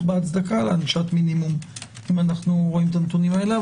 בהצדקה לענישת המינימום אם אנחנו רואים את הנתונים האלה.